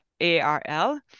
ARL